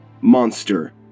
monster